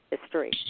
history